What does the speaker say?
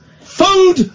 Food